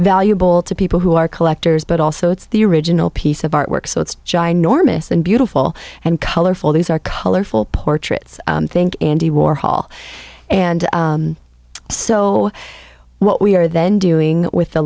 valuable to people who are collectors but also it's the original piece of artwork so it's giant norma's and beautiful and colorful these are colorful portraits i think andy warhol and so what we are then doing with the